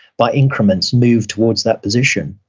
by increments, move towards that position,